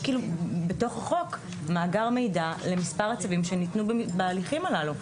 בתוך החוק מאגר מידע למספר מצבים שניתנו בהליכים הללו.